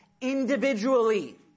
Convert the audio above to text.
individually